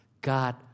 God